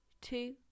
two